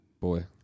boy